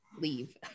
leave